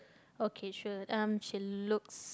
okay sure um she looks